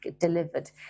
delivered